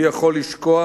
מי יכול לשכוח,